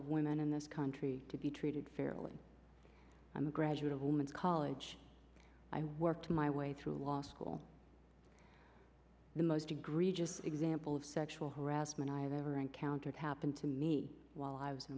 of women in this country to be treated fairly i'm a graduate of women's college i worked my way through law school the most egregious example of sexual harassment i've ever encountered happened to me while i was